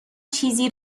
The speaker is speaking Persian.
چیزی